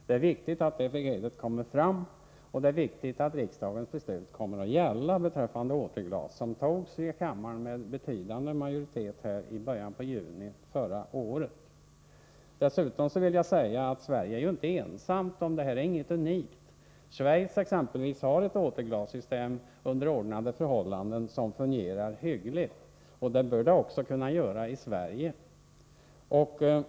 Det är viktigt att det beskedet kommer fram, och det är viktigt att riksdagens beslut beträffande återglas kommer att gälla. Det fattades med betydande majoritet i kammaren i början av juni förra året. Det här är inte något unikt för Sverige. Exempelvis Schweiz har ett återglassystem under ordnade förhållanden vilket fungerar hyggligt. Det bör det kunna göra också i Sverige.